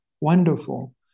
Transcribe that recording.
wonderful